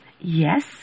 yes